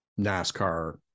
NASCAR